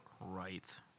right